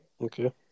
Okay